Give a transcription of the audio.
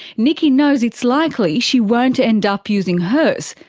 nikki knows it's likely she won't end up using hers,